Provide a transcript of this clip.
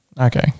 Okay